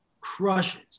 crushes